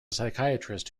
psychiatrist